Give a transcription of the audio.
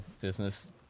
business